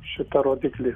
šitą rodiklį